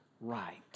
right